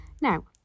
Now